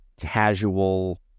casual